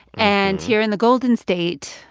and here, in the golden state,